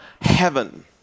heaven